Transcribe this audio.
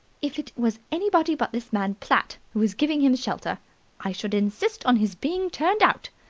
if it was anybody but this man platt who was giving him shelter i should insist on his being turned out.